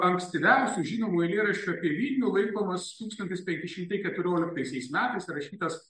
ankstyviausiu žinomu eilėraščiu apie vilnių laikomas tūkstantis penki šimtai keturioliktaisiais metais rašytas